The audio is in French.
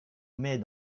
met